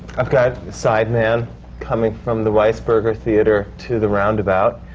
i've got side man coming from the weissberger theatre to the roundabout.